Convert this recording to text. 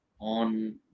on